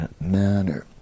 manner